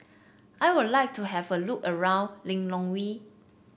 I would like to have a look around Lilongwe